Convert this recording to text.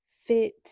fit